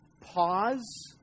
pause